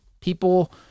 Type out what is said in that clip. people